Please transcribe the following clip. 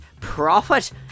Profit